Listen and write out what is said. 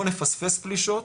לא לפספס פלישות,